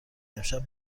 امشب